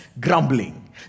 grumbling